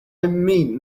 mean